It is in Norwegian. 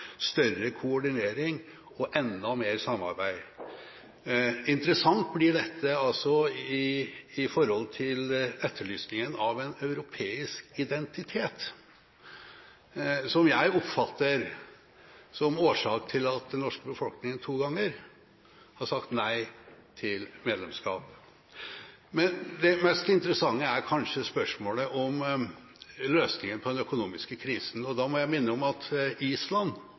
større integrasjon, større koordinering og enda mer samarbeid. Interessant blir dette i forhold til etterlysningen av en europeisk identitet, som jeg oppfatter som årsak til at den norske befolkningen to ganger har sagt nei til medlemskap. Men det mest interessante er kanskje spørsmålet om løsningen på den økonomiske krisen, og da må jeg minne om at Island